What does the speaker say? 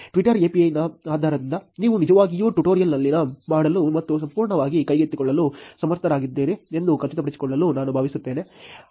Twitter API ನ ಸಮಯವನ್ನು ನೋಡಿ 1342 ಆದ್ದರಿಂದ ನೀವು ನಿಜವಾಗಿಯೂ ಟ್ಯುಟೋರಿಯಲ್ಗಳನ್ನು ಮಾಡಲು ಮತ್ತು ಸಂಪೂರ್ಣವಾಗಿ ಕೈಗೆತ್ತಿಕೊಳ್ಳಲು ಸಮರ್ಥರಾಗಿದ್ದೀರಿ ಎಂದು ಖಚಿತಪಡಿಸಿಕೊಳ್ಳಲು ನಾನು ಬಯಸುತ್ತೇನೆ